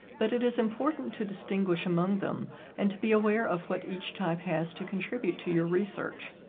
but it is important to distinguish among them and to be aware of what each type has to contribute to your research.